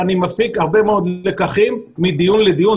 ואני מפיק הרבה מאוד לקחים מדיון לדיון,